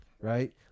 right